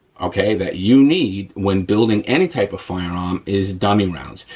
okay, that you need when building any type of firearm is dummy rounds.